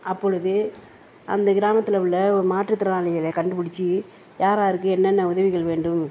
அப்பொழுது அந்த கிராமத்தில் உள்ள ஒரு மாற்றுத்திறனாளிகளை கண்டுபிடிச்சி யார் யாருக்கு என்னென்ன உதவிகள் வேண்டும்